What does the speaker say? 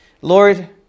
Lord